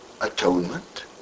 Atonement